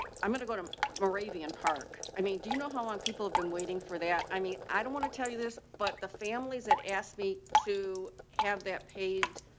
i'm going to go to moravian. hark. i mean, do you know how long people have been waiting for that? i mean, i don't want to tell you this, but the families had asked me to have that paved.